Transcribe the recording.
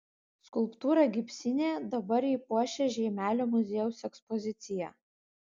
skulptūra gipsinė dabar ji puošia žeimelio muziejaus ekspoziciją